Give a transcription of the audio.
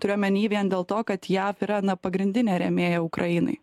turiu omeny vien dėl to kad jav yra na pagrindinė rėmėja ukrainai